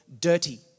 dirty